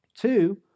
Two